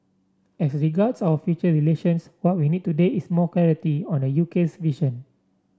as regards our future relations what we need today is more clarity on the UK's vision